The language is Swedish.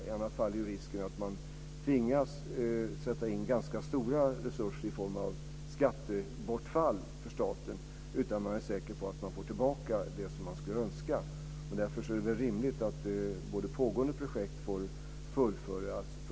I annat fall är det risk för att man tvingas sätta in ganska stora resurser i form av skattebortfall för staten utan att man är säker på att man får tillbaka det man skulle önska. Därför är det väl rimligt att pågående projekt får fullföljas.